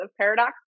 Paradox